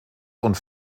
und